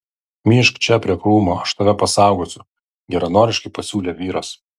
myžk čia prie krūmo aš tave pasaugosiu geranoriškai pasiūlė vyras